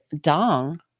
Dong